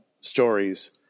stories